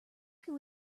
can